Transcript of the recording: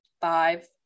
five